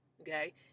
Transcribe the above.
Okay